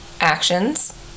actions